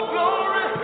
Glory